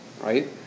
right